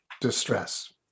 distress